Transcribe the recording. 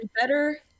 better